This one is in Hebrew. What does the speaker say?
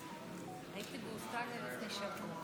מצביע גדעון סער,